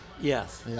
Yes